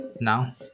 now